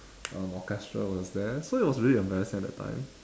um orchestra was there so it was really embarrassing at that time